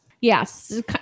Yes